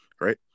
right